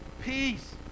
peace